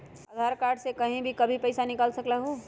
आधार card से कहीं भी कभी पईसा निकाल सकलहु ह?